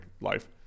life